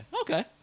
Okay